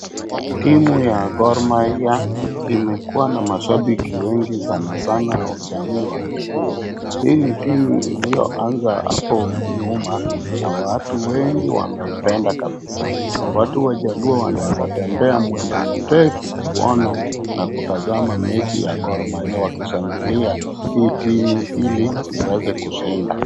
Timu ya Gor Mahia imekuwa na mashabiki wengi sanasana jamii ya wajaluo. Hii timu iliyoanza hapo hapo nyuma na watu wengi wameipenda kabisa. Watu wajaluo wanaweza tembea mwendo ndefu kuona na kutazama mechi ya Gor Mahia wakishangilia hii timu ili iweze kushinda.